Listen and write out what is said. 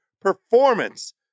performance